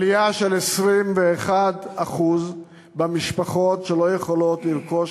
עלייה של 21% במשפחות שלא יכולות לרכוש